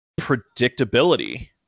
predictability